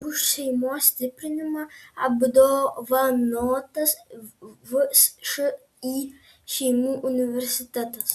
už šeimos stiprinimą apdovanotas všį šeimų universitetas